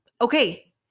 Okay